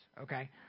okay